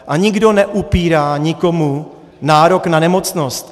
A nikdo neupírá nikomu nárok na nemocnost.